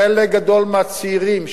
חלק גדול מהצעירים,